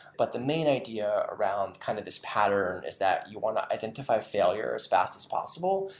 but the main idea around kind of this pattern is that you want to identify failure as fast as possible,